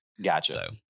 Gotcha